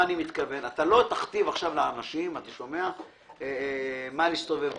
לא תכתיב עכשיו לאנשים עם מה להסתובב בכיס.